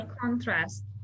contrast